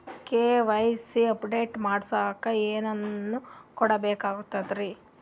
KYC update ಮಾಡಸ್ಲಕ ಏನೇನ ಕೊಡಬೇಕಾಗ್ತದ್ರಿ?